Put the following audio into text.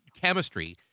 chemistry